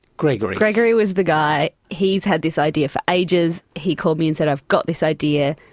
gregory gregory was the guy. he's had this idea for ages. he called me and said, i've got this idea,